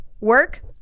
work